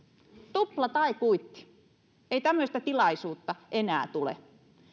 tupla tai kuitti ei tämmöistä tilaisuutta enää tule